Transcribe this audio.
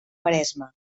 maresme